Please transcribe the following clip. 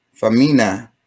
Famina